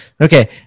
Okay